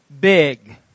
big